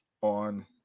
on